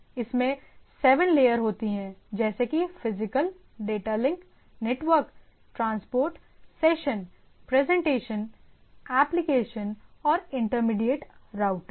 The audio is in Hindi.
इसमें 7 लेयर होती हैंजैसे कि physical data link network transport session presentation application और इंटरमीडिएट राउटर्स